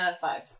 five